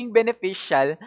beneficial